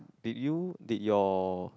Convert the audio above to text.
did you did your